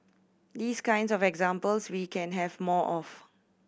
these kinds of examples we can have more of